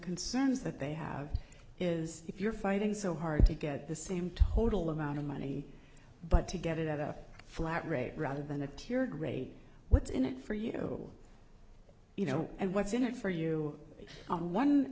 concerns that they have is if you're fighting so hard to get the same total amount of money but to get it at a flat rate rather than a tiered rate what's in it for you know you know and what's in it for you on one